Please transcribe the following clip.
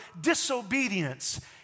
disobedience